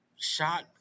shot